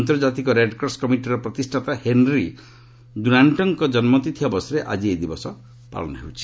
ଅନ୍ତର୍ଜାତୀୟ ରେଡକ୍ରସ କମିଟିର ପ୍ରତିଷ୍ଠାତା ହେନ୍ରି ଦୁନାଷ୍ଟଙ୍କ ଜନ୍ମତିଥି ଅବସରରେ ଆଜି ଏହି ଦିବସ ପାଳନ କରାଯାଉଛି